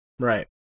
Right